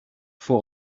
for